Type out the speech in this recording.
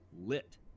lit